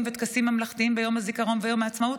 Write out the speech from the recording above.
וטקסים ממלכתיים ביום הזיכרון וביום העצמאות,